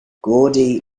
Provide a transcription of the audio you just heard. gordy